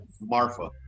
Marfa